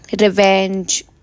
revenge